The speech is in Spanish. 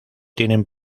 tienen